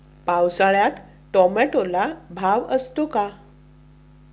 पावसाळ्यात टोमॅटोला भाव असतो का?